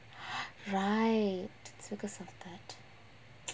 right it's because of that